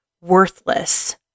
worthless